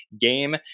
game